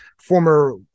former